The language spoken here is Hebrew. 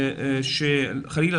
שחלילה,